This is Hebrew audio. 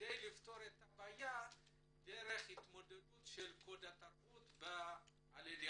כדי לפתור את הבעיה דרך התמודדות של קוד התרבות בקהילה.